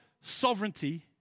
sovereignty